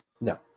No